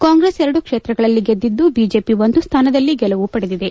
ಕಾಂಗ್ರೆಸ್ ಎರಡು ಕ್ಷೇತ್ರಗಳಲ್ಲಿ ಗೆದ್ದಿದ್ದು ಬಿಜೆಪಿ ಒಂದು ಸ್ಥಾನದಲ್ಲಿ ಗೆಲುವು ಪಡೆದಿದೆ